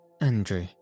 Andrew